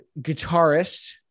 guitarist